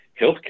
healthcare